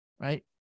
Right